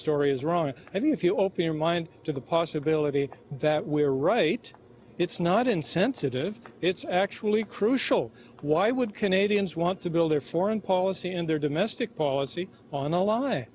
story is wrong i mean if you open your mind to the possibility that we are right it's not insensitive it's actually crucial why would canadians want to build their foreign policy in their domestic policy on a lie